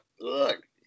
look